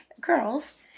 girls